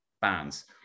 bands